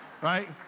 right